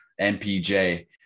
MPJ